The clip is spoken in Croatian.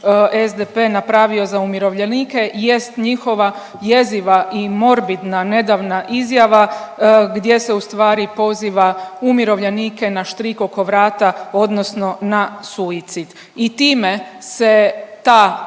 napravio za umirovljenike jest njihova jeziva i morbidna nedavna izjava gdje se ustvari poziva umirovljenike na štrik oko vrata odnosno na suicid i time se ta